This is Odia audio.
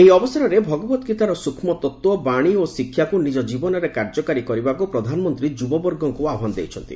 ଏହି ଅବସରରେ ଭଗବତ ଗୀତାର ସୃକ୍ଷ୍ମ ତତ୍ତ୍ୱବାଣୀ ଓ ଶିକ୍ଷାକୁ ନିଜ ଜୀବନରେ କାର୍ଯ୍ୟକାରୀ କରିବାକୁ ପ୍ରଧାନମନ୍ତ୍ରୀ ଯୁବବର୍ଗଙ୍କୁ ଆହ୍ନାନ ଦେଇଛନ୍ତି